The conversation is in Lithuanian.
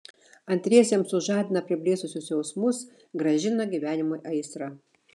antriesiems sužadina priblėsusius jausmus grąžina gyvenimui aistrą